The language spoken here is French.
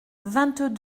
vingt